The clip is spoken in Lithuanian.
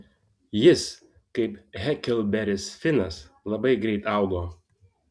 jis kaip heklberis finas labai greit augo